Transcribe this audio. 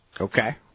okay